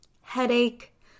headache